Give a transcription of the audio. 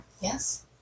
Yes